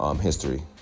history